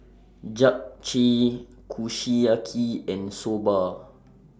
Japchae Kushiyaki and Soba